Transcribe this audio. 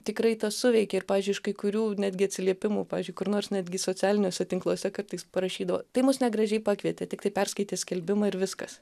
tikrai tas suveikė ir pavyzdžiui iš kai kurių netgi atsiliepimų pavyzdžiui kur nors netgi socialiniuose tinkluose kartais parašydavo tai mus negražiai pakvietė tiktai perskaitė skelbimą ir viskas